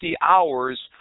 hours